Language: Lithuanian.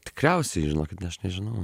tikriausiai žinokit aš nežinau